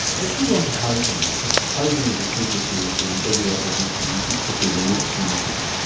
let's move onto housing because housing is a huge issue in every aboriginal community, particularly remote communities.